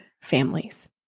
families